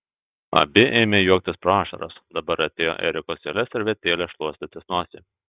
abi ėmė juoktis pro ašaras dabar atėjo erikos eilė servetėle šluostytis nosį